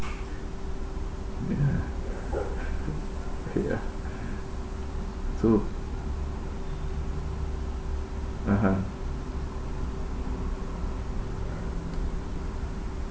ya ya so (uh huh)